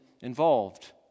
involved